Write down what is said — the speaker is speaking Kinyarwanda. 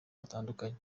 batandukanye